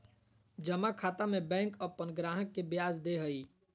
जमा खाता में बैंक अपन ग्राहक के ब्याज दे हइ